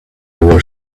were